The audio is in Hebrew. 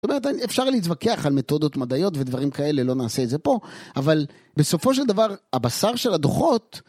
זאת אומרת, אפשר להתווכח על מתודות מדעיות ודברים כאלה, לא נעשה את זה פה, אבל בסופו של דבר, הבשר של הדוחות...